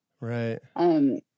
Right